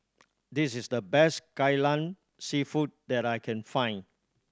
this is the best Kai Lan Seafood that I can find